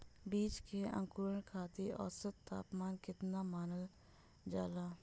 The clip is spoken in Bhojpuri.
बीज के अंकुरण खातिर औसत तापमान केतना मानल जाला?